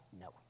no